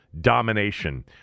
domination